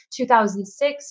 2006